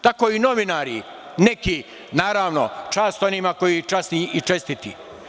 Tako i novinari, neki, naravno, čast onima koji su časni i čestiti.